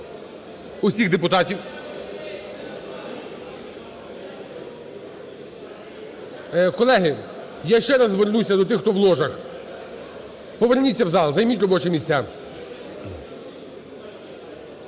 всіх депутатів. Колеги, я ще раз звернуся до тих, хто в ложах. Поверніться в зал, займіть робочі місця.